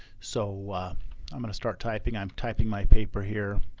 so i'm gonna start typing. i'm typing my paper here.